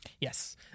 Yes